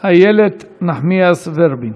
איילת נחמיאס ורבין.